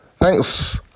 Thanks